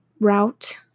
route